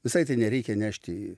visai ten nereikia nešti